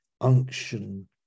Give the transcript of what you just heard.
unction